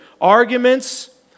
Arguments